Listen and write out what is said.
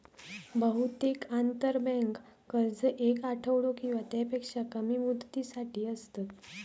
बहुतेक आंतरबँक कर्ज येक आठवडो किंवा त्यापेक्षा कमी मुदतीसाठी असतत